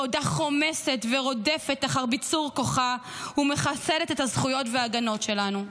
בעודה חומסת ורודפת אחר ביצור כוחה ומחסלת את הזכויות וההגנות שלנו.